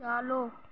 چالو